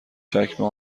چکمه